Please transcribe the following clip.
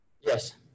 yes